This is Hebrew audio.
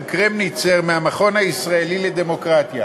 קרמניצר מהמכון הישראלי לדמוקרטיה,